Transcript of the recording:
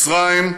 מצרים,